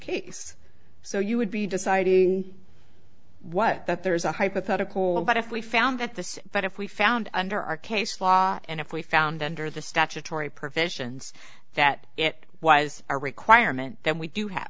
case so you would be deciding what that there's a hypothetical about if we found that this but if we found under our case law and if we found under the statutory provisions that it was a requirement that we do have